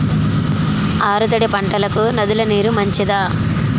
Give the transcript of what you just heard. ఆరు తడి పంటలకు నదుల నీరు మంచిదా?